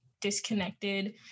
disconnected